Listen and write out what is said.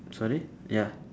sorry ya